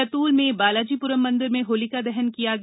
बैतूल में बालाजी पुरम मंदिर में होलिका दहन किया गया